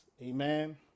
amen